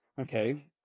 okay